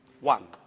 One